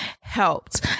helped